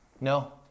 No